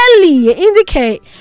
indicate